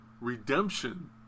redemption